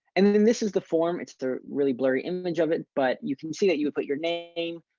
and then this is the form, it's the really blurry image of it. but you can see that you put your name,